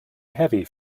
heavy